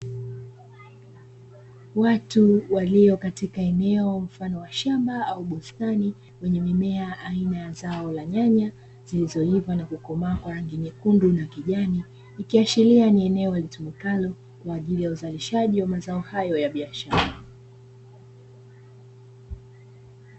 Watu waliokatika eneo mfano wa shamba au bustani lenye mimea aina ya zao la nyanya zilizoiva na kukomaa kwa rangi nyekundu na kijani, ikiashiria ni eneo litumikalo kwa ajili ya uzalishaji wa mazao hayo ya biashara.